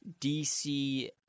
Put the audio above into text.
DC